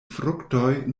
fruktoj